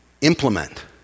implement